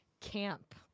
camp